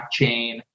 blockchain